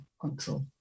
control